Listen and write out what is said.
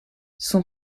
son